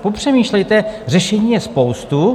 Popřemýšlejte, řešení je spousta.